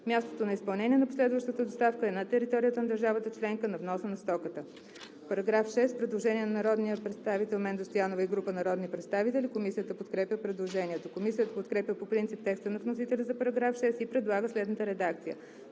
Мястото на изпълнение на последващата доставка е на територията на държавата членка на вноса на стоката.“ По § 6 има предложение на народния представител Менда Стоянова и група народни представители. Комисията подкрепя предложението. Комисията подкрепя по принцип текста на вносителя за § 6 и предлага следната редакция: